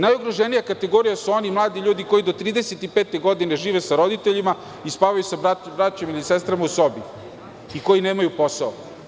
Najugroženija kategorija su oni mladi ljudi koji do 35 godine žive sa roditeljima i spavaju sa braćom ili sestrama u sobi, koji nemaju posao.